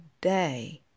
day